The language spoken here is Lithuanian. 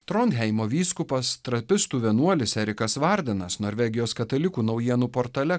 tronheimo vyskupas trapistų vienuolis erikas vardenas norvegijos katalikų naujienų portale